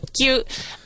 cute